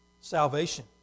Salvation